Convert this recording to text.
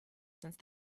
since